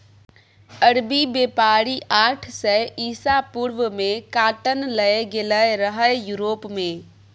अरबी बेपारी आठ सय इसा पूर्व मे काँटन लए गेलै रहय युरोप मे